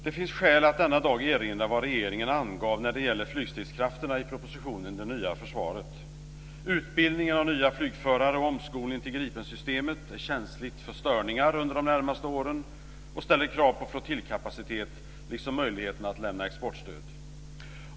Det finns skäl att denna dag erinra om vad regeringen angav när det gäller flygstridskrafterna i propositionen Det nya försvaret: Utbildningen av nya flygförare och omskolningen till Gripensystemet är känsligt för störningar under de närmaste åren och ställer krav på flottiljkapacitet, liksom möjligheterna att lämna exportstöd.